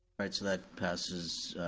alright, so that passes,